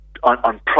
on